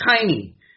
tiny